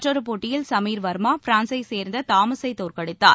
மற்றொரு போட்டியில் சமீர் வர்மா பிரான்ஸைச் சேர்ந்த தாமஸை தோற்கடித்தார்